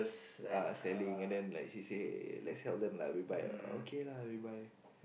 uh selling and then like she say let's help them lah we buy ah okay lah we buy